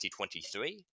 2023